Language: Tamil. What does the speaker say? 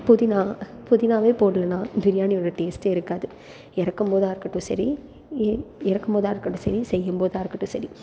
புதினா புதினாவே போடலன்னா பிரியாணியோட டேஸ்டே இருக்காது இறக்கும்போதா இருக்கட்டும் சரி எ இறக்கும்போதா இருக்கட்டும் சரி செய்யும் போதாக இருக்கட்டும் சரி